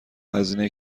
هزینه